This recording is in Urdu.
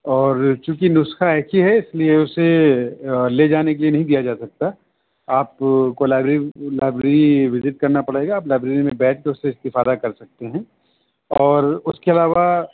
اور چونکہ نسخہ ایک ہی ہے اس لیے اسے لے جانے کے لیے نہیں دیا جا سکتا آپ کو لائبریری لائبریری وزٹ کرنا پڑے گا آپ لائبریری میں بیٹھ کے اس سے استفادہ کر سکتے ہیں اور اس کے علاوہ